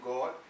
God